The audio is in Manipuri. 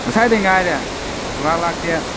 ꯉꯁꯥꯏꯗꯩ ꯉꯥꯏꯔꯦ ꯁꯨꯡꯂꯥꯛ ꯂꯥꯛꯇꯦ